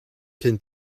cyn